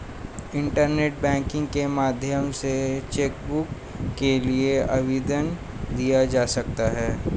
internet banking के माध्यम से चैकबुक के लिए आवेदन दिया जा सकता है